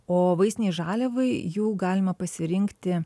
o vaistinei žaliavai jų galima pasirinkti